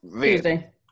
Tuesday